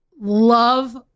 love